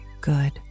good